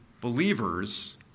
believers